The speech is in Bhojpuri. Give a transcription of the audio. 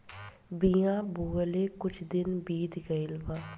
बिया बोवले कुछ दिन बीत गइल बा